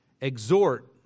exhort